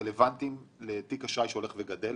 רלוונטיים לתיק אשראי שהולך וגדל.